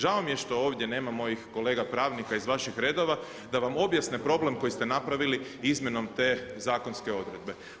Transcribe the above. Žao mi je što ovdje nema mojih kolega pravnika iz vaših redova da vam objasne problem koji ste napravili izmjenom te zakonske odredbe.